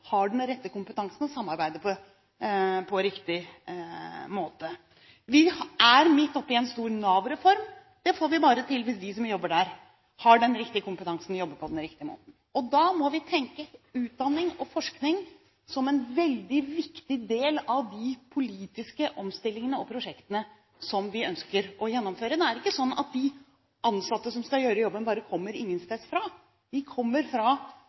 har den rette kompetansen og samarbeider på riktig måte. Vi er midt oppe i en stor Nav-reform. Det får vi bare til hvis de som jobber der, har den riktige kompetansen og jobber på den riktige måten. Da må vi tenke på utdanning og forskning som en veldig viktig del av de politiske omstillingene og prosjektene som vi ønsker å gjennomføre. Det er ikke sånn at de ansatte som skal gjøre jobben, kommer ingensteds fra. De kommer fra